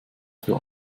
für